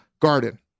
garden